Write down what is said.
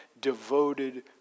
devoted